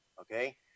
okay